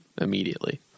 immediately